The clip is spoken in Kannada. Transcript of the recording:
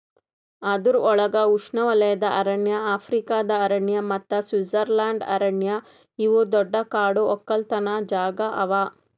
ಅದುರ್ ಒಳಗ್ ಉಷ್ಣೆವಲಯದ ಅರಣ್ಯ, ಆಫ್ರಿಕಾದ ಅರಣ್ಯ ಮತ್ತ ಸ್ವಿಟ್ಜರ್ಲೆಂಡ್ ಅರಣ್ಯ ಇವು ದೊಡ್ಡ ಕಾಡು ಒಕ್ಕಲತನ ಜಾಗಾ ಅವಾ